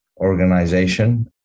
organization